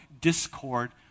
discord